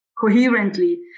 coherently